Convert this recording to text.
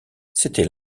c’était